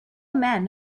men